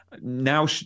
now